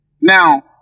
Now